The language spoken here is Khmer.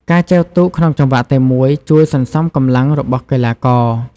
ការចែវទូកក្នុងចង្វាក់តែមួយជួយ សន្សំកម្លាំង របស់កីឡាករ។